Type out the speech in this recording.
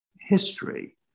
history